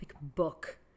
book